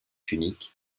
unique